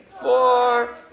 four